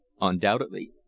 undoubtedly